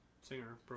singer